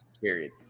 period